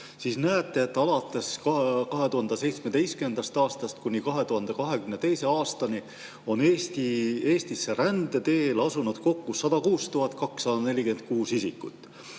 siis näete, et alates 2017. aastast kuni 2022. aastani on Eestisse rände teel asunud kokku 106 246 isikut.